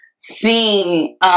seeing